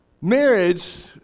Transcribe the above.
marriage